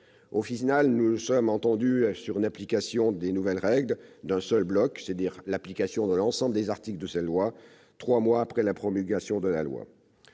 Au final, nous nous sommes entendus sur une application des nouvelles règles d'un seul bloc, c'est-à-dire de l'ensemble des articles de cette loi, trois mois après la promulgation de la loi.